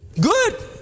good